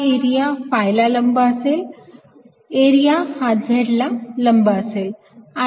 हा area phi ला लंब असेल एरिया हा Z ला लंब असेल